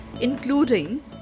including